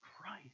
Christ